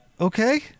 Okay